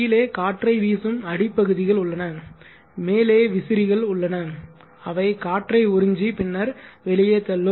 கீழே காற்றை வீசும் அடிப்பகுதிகள் உள்ளன மேலே விசிறிகள் உள்ளன அவை காற்றை உறிஞ்சி பின்னர் வெளியே தள்ளும்